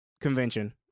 convention